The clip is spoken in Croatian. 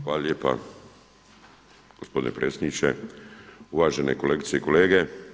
Hvala lijepa gospodine predsjedniče, uvažene kolegice i kolege.